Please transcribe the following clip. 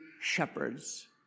shepherds